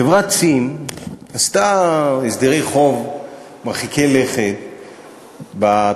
חברת "צים" עשתה הסדרי חוב מרחיקי לכת בתקופה